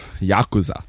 Yakuza